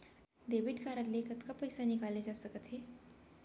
Debit card ले कतका पइसा निकाले जाथे सकत हे?